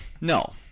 no